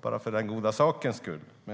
bara för den goda sakens skull.